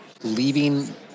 Leaving